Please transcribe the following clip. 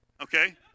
Okay